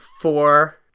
four